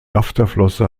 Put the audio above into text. afterflosse